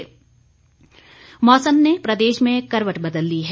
मौसम मौसम ने प्रदेश में करवट बदल ली है